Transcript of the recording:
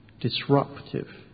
disruptive